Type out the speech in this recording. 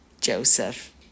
Joseph